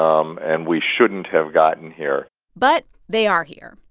um and we shouldn't have gotten here but they are here.